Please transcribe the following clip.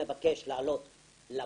על הכתבה.